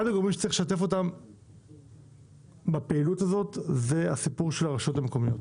אחד הגורמים שצריך לשתף אותם בפעילות הזו הן הרשויות המקומיות.